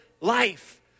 life